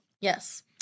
Yes